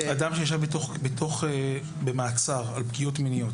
--- אדם שישב במעצר על פגיעות מיניות,